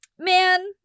Man